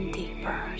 deeper